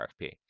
RFP